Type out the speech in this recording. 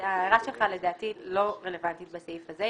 ההערה שלך לדעתי לא רלוונטית בסעיף הזה,